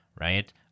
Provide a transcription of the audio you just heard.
right